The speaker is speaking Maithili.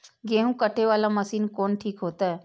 गेहूं कटे वाला मशीन कोन ठीक होते?